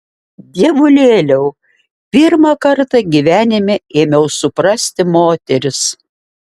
dievulėliau pirmą kartą gyvenime ėmiau suprasti moteris